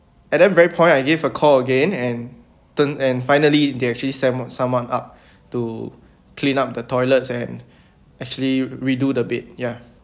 and I'm very point I gave a call again and turn and finally they actually send someone up to clean up the toilets and actually redo the bed ya